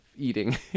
eating